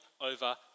over